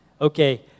Okay